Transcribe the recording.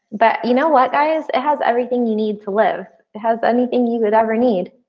but you know what guys it has everything you need to live it has anything you would ever need.